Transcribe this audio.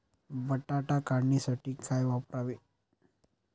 बटाटा काढणीसाठी काय वापरावे?